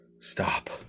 Stop